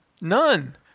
None